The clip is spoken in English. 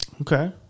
Okay